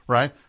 Right